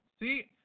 See –